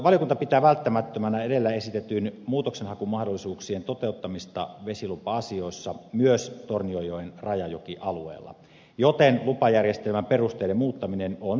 valiokunta pitää välttämättömänä edellä esitettyjen muutoksenhakumahdollisuuksien toteuttamista vesilupa asioissa myös tornionjoen rajajokialueella joten lupajärjestelmän perusteiden muuttaminen on tarpeellista